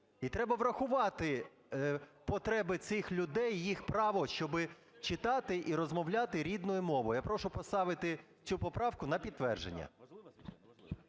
і треба врахувати потреби цих людей, їх право, щоб читати і розмовляти рідною мовою. Я прошу поставити цю поправку на підтвердження.